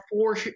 four